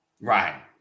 Right